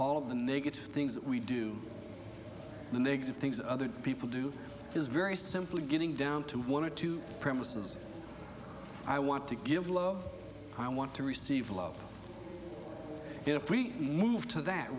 all the negative things that we do the negative things that other people do is very simply getting down to one or two premises i want to give love i want to receive love if we move to that